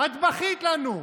את בכית לנו,